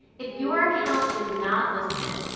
if your account is not listed,